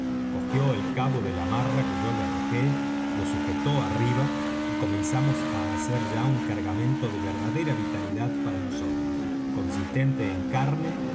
cogió el cabo de la amarra que yo le arrojé lo sujetó arriba y comenzamos á hacer ya un cargamento de verdadera vitalidad para nosotros consistente en carne